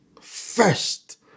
first